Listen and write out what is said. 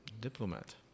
Diplomat